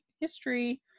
history